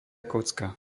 kocka